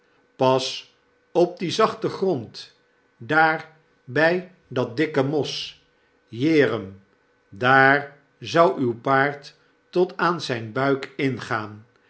pas op dien zachten grond daar bjj dat dikke mos jerum daar zou uw paard tot aan den buik ingaan